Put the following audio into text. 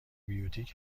بیوتیک